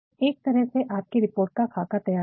अब एक तरह से आपकी रिपोर्ट का खाका तैयार है